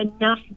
enough